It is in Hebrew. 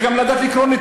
אתה יכול לחלוק עלי,